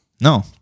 No